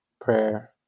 prayer